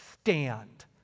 stand